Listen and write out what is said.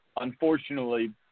unfortunately